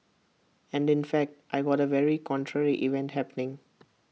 and in fact I got A very contrary event happening